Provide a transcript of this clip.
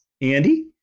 Andy